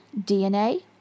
DNA